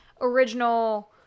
original